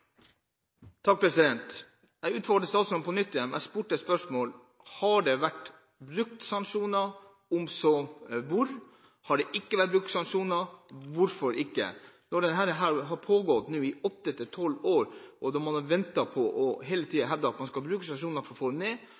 Jeg utfordrer statsråden på nytt. Jeg stilte spørsmål: Har det vært brukt sanksjoner – i så fall hvor? Dersom det ikke har vært brukt sanksjoner – hvorfor ikke? Dette har nå pågått i åtte–tolv år. Man har hele tiden hevdet at man skal bruke sanksjoner for å få det ned,